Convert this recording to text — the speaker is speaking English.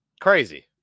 crazy